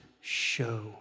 show